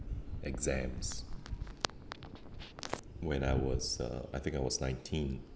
exams when I was uh I think I was nineteen